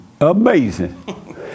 Amazing